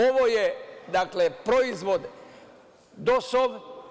Ovo je, dakle, proizvod DOS-ov.